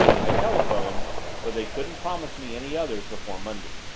i telephoned but they couldn't promise me any others before monday.